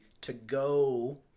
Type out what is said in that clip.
to-go